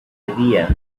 idea